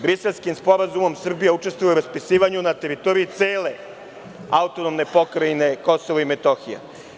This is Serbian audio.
Briselskim sporazumom Srbija učestvuje u raspisivanju na teritoriji cele AP Kosovo i Metohija.